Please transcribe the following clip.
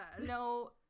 No